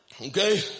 Okay